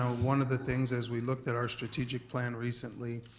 ah one of the things as we looked at our strategic plan recently,